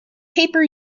paper